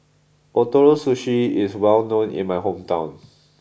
Ootoro Sushi is well known in my hometown